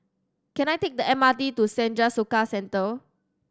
can I take the M R T to Senja Soka Centre